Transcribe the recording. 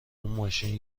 ماشین